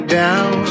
down